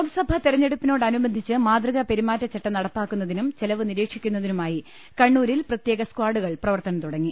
ലോക്സഭ തെരഞ്ഞെടുപ്പിനോടനുബന്ധിച്ച് മാതൃകാ പെരു മാറ്റച്ചട്ടം നടപ്പാക്കുന്നതിനും ചെലവ് നിരീക്ഷിക്കുന്നതിനുമായി കണ്ണൂരിൽ പ്രത്യേക സ്കാഡുകൾ പ്രവർത്തനം തുടങ്ങി